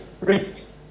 risks